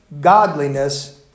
godliness